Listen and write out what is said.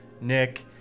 nick